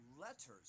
letters